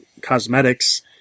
Cosmetics